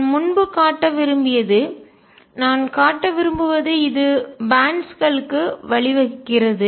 நான் முன்பு காட்ட விரும்பியது நான் காட்ட விரும்புவது இது பேன்ட்ஸ் பட்டை க்களுக்கு வழிவகுக்கிறது